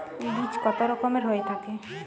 বীজ কত রকমের হয়ে থাকে?